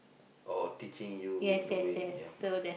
oh teaching you the way ya